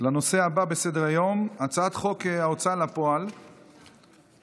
לנושא הבא בסדר-היום: הצעת חוק ההוצאה לפועל (תיקון,